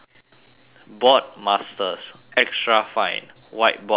board masters extra fine whiteboard marker